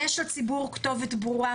יש לציבור כתובת ברורה,